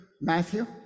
Matthew